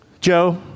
Joe